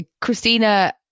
Christina